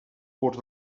curs